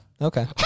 Okay